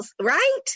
right